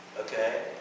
okay